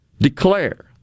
declare